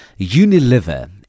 Unilever